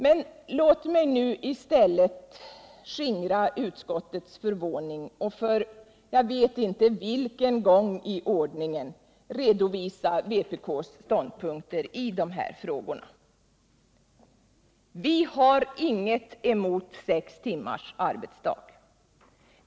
Men låt mig nu i stället skingra utskottets förvåning och — jag vet inte för vilken gång i ordningen — redovisa vpk:s ståndpunkter i de här frågorna. Vi har ingenting emot sex timmars arbetsdag.